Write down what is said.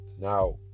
now